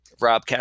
Rob